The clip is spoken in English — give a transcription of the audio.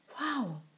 Wow